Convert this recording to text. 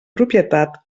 propietat